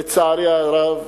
לצערי הרב,